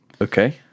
Okay